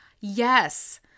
Yes